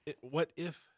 what-if